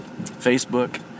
Facebook